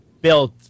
built